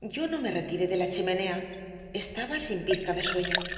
yo no me retiré de la chimenea estaba sin pizca de sueño